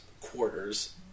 quarters